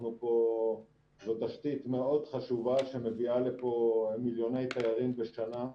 זו תשתית מאוד חשובה שמביאה לפה מיליוני תיירים בשנה.